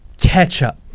ketchup